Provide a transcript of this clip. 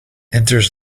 enters